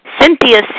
Cynthia